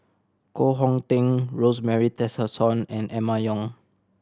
Koh Hong Teng Rosemary Tessensohn and Emma Yong